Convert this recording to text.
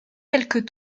quelques